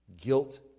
guilt